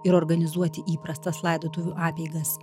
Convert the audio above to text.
ir organizuoti įprastas laidotuvių apeigas